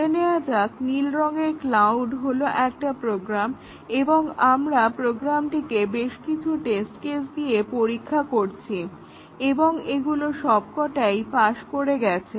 ধরে নেওয়া যাক নীল রঙের ক্লাউড হলো একটা প্রোগ্রাম এবং আমরা প্রোগ্রামটিকে বেশ কিছু টেস্ট কেস দিয়ে পরীক্ষা করছি এবং এগুলো সবকটাই পাশ করে গেছে